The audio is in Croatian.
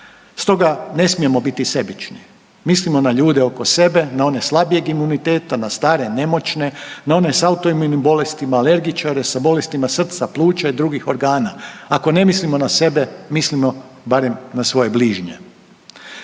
Stoga ne smijemo biti sebični, mislimo na ljude oko sebe, na one slabijeg imuniteta, na stare, nemoćne, na one sa autoimunim bolestima, alergičare, sa bolestima srca, pluća i drugih organa, ako ne mislimo na sebe mislimo barem na svoje bližnje.